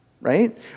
right